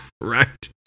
Right